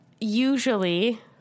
usually